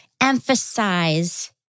emphasize